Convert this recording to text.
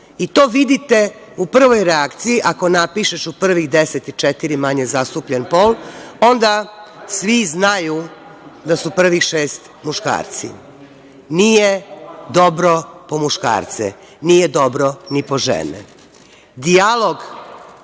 vidite u prvoj reakciji, ako napišeš u prvih deset je četiri manje zastupljen pol, onda svi znaju da su prvih šest muškarci. Nije dobro po muškarce, nije dobro ni po